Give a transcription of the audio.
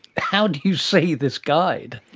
how do you see this guide?